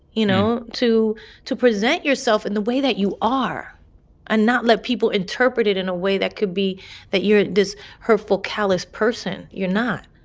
you know, to to present yourself in the way that you are and not let people interpret it in a way that could be that you're this hurtful, callous person. you're not.